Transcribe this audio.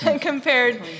compared